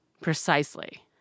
precisely